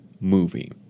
movie